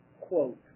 quote